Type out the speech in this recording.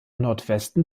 nordwesten